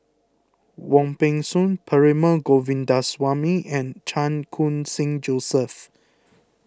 Wong Peng Soon Perumal Govindaswamy and Chan Khun Sing Joseph